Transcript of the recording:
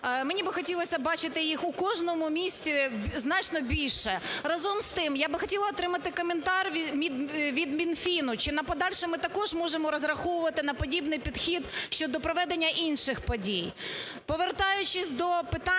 Мені би хотілося бачити їх у кожному місці значно більше. Разом з тим, я би хотіла отримати коментар від Мінфіну. Чи на подальше ми також можемо розраховувати на подібний підхід щодо проведення інших подій?